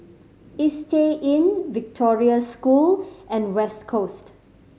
Istay Inn Victoria School and West Coast